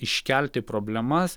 iškelti problemas